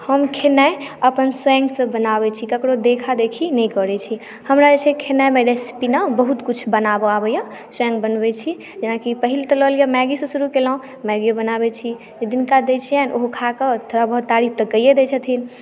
हम खेनाइ अपन स्वयंसँ बनाबै छी ककरो देखा देखी नहि करै छी हमरा जे छै खेनाइमे रेसिपी ने बहुत कुछ बनाबऽ आबैया स्वयं बनबै छी जेनाकि पहिल तऽ लऽ लिअ मैगी सँ शुरू केलहुॅं मैगी बनाबै छी जिनका दै छियनि ओहो खा कऽ थोड़ा बहुत तारीफ तऽ कइये दै छथिन